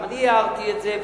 גם אני הערתי את זה,